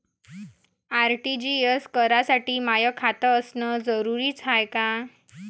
RTGS करासाठी माय खात असनं जरुरीच हाय का?